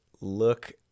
look